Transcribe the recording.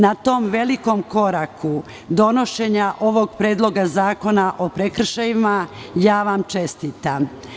Na tom velikom koraku donošenja ovog predloga zakona o prekršajima, ja vam čestitam.